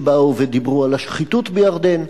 שבאו ודיברו על השחיתות בירדן.